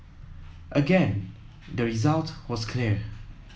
again the result was clear